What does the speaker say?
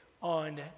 on